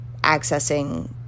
accessing